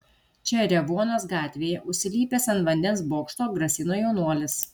čia revuonos gatvėje užsilipęs ant vandens bokšto grasino jaunuolis